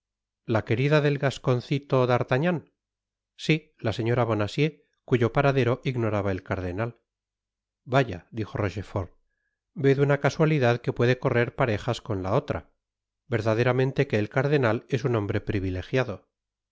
la querida del gasconcito d'artagnan si la señora bonacieux cuyo paradero ignoraba el cardenal vaya dijo rochefort ved una casualidad que puede correr parejas cou la otra verdaderamente que el cardenal es un hombre privilegiado